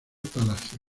palacio